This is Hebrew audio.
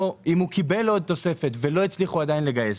או אם הוא קיבל עוד תוספת ולא הצליחו עדיין לגייס,